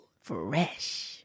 Fresh